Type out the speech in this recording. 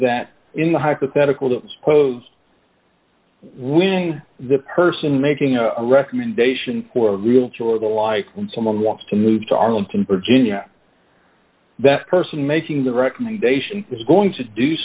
that in the hypothetical don't suppose winning the person making a recommendation for a real chore the like when someone wants to move to arlington virginia that person making the recommendation is going to do